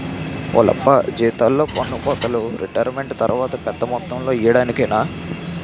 ఓలప్పా జీతాల్లో పన్నుకోతలు రిటైరుమెంటు తర్వాత పెద్ద మొత్తంలో ఇయ్యడానికేనే